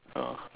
ya